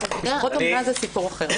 משפחות אומנה זה סיפור אחר.